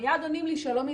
מייד עונים לי שלום,